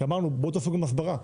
בואו תעשו גם הסברה,